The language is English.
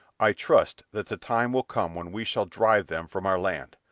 i trust that the time will come when we shall drive them from our land.